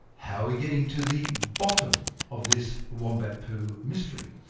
how are we getting to the bottom of this wombat poo mystery?